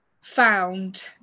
found